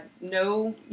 no